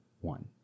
one